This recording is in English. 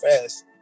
fast